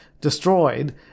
destroyed